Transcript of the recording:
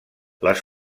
les